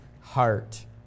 heart